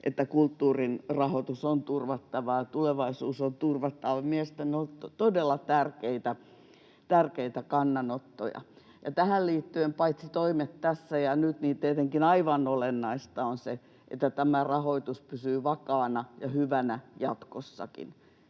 että kulttuurin rahoitus on turvattava ja tulevaisuus on turvattava. Mielestäni ne ovat olleet todella tärkeitä kannanottoja. Tähän liittyen, paitsi toimet tässä ja nyt, on tietenkin aivan olennaista se, että tämä rahoitus pysyy vakaana ja hyvänä jatkossakin.